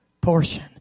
portion